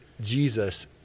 Jesus